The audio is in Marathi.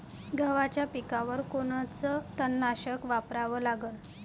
गव्हाच्या पिकावर कोनचं तननाशक वापरा लागन?